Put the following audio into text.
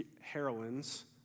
heroines